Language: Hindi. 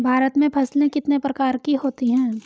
भारत में फसलें कितने प्रकार की होती हैं?